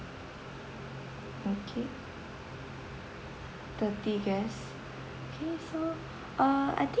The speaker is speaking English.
okay thirty guests okay so uh I think